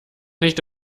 nicht